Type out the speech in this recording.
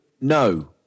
no